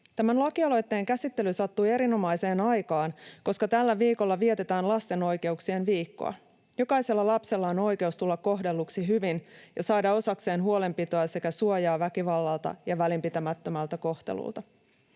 Tämän lakialoitteen käsittely sattui erinomaiseen aikaan, koska tällä viikolla vietetään Lapsen oikeuksien viikkoa. Jokaisella lapsella on oikeus tulla kohdelluksi hyvin ja saada osakseen huolenpitoa sekä suojaa väkivallalta ja välinpitämättömältä kohtelulta.